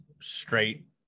straight